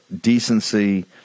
decency